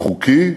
חוקי,